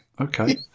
Okay